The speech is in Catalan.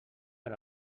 per